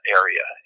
area